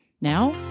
Now